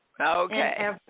Okay